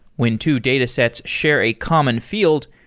when two datasets share a common field,